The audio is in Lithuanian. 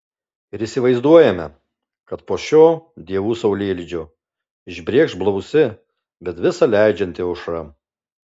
ir įsivaizduojame kad po šio dievų saulėlydžio išbrėkš blausi bet visa leidžianti aušra